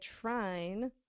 trine